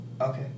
okay